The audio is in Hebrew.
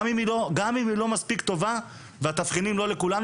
גם אם היא לא מספיק טובה והתבחינים לא לכולנו,